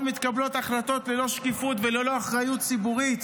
מתקבלות החלטות ללא שקיפות וללא אחריות ציבורית,